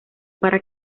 para